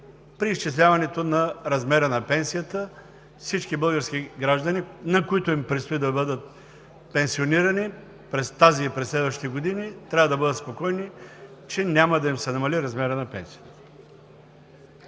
при изчисляването на размера на пенсията. Всички български граждани, на които им предстои да бъдат пенсионирани през тази и през следващите години, трябва да бъдат спокойни, че няма да им се намали размерът на пенсията.